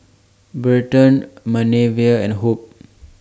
Berton Manervia and Hope